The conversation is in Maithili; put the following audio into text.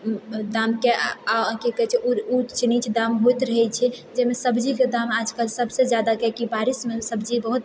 दामके आ की कहैत छै ऊँच नीच दाम होइत रहैत छै जाहिमे सब्जीके दाम आज कल सभसँ ज्यादा किएकि बारिशमे सब्जी बहुत